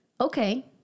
Okay